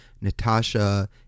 Natasha